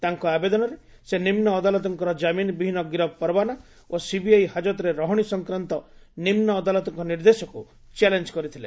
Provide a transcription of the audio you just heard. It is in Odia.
ତାଙ୍କ ଆବେଦନରେ ସେ ନିମ୍ନ ଅଦାଲତଙ୍କ ଜାମିନ୍ ବିହିନ ଗିରଫ୍ ପରୱାନା ଓ ସିବିଆଇ ହାକତରେ ରହଣୀ ସଂକ୍ରାନ୍ତ ନିମ୍ମ ଅଦାଲତଙ୍କ ନିର୍ଦ୍ଦେଶକୁ ଚ୍ୟାଲେଞ୍ଜ କରିଥିଲେ